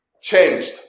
changed